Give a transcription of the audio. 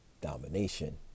domination